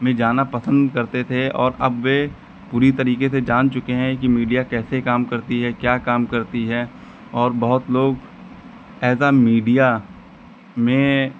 में जाना पसन्द करते थे और अब वह पूरी तरीके से जान चुके हैं कि मीडिया कैसे काम करता है क्या काम करता है और बहुत लोग एज ए मीडिया में